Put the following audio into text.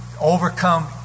overcome